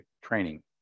training